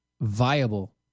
viable